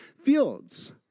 fields